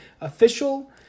official